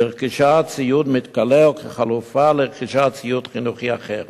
לרכישת ציוד מתכלה או כחלופה לרכישת ציוד חינוכי אחר.